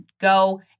Go